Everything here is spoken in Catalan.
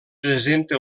presenta